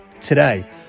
today